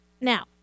now